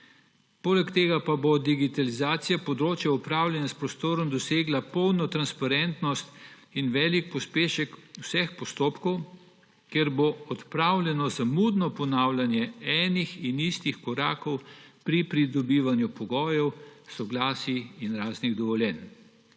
Poleg tega pa bo digitalizacija področja upravljanja s prostorom dosegla polno transparentnost in velik pospešek vseh postopkov, ker bo odpravljeno zamudno ponavljanje enih in istih korakov pri pridobivanju pogojev, soglasij in raznih dovoljenj.